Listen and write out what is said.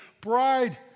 bride